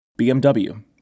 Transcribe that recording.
BMW